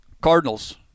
cardinals